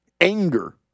anger